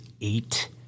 eight